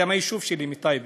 היא מהיישוב שלי, מטייבה,